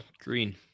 green